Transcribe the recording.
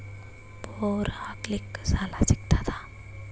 Bore ಹಾಕಲಿಕ್ಕ ಸಾಲ ಸಿಗತದ?